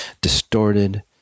distorted